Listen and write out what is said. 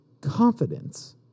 confidence